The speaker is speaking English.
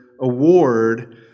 award